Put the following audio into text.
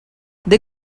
they